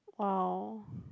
!wow!